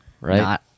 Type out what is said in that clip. right